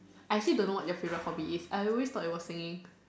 I still don't know what their favourite hobby is I always thought it was singing